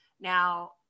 now